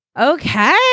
Okay